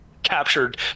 captured